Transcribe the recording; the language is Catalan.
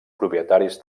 propietaris